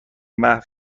محو